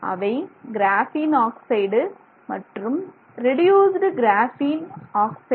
அவை graphene oxide மற்றும் reduced graphene oxide